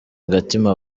agatima